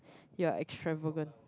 you are extravagant